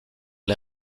les